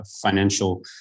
financial